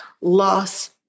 loss